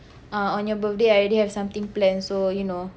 uh on your birthday I already have something planned so you know